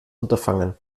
unterfangen